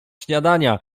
śniadania